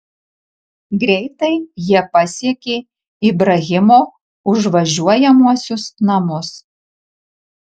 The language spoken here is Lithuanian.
greitai jie pasiekė ibrahimo užvažiuojamuosius namus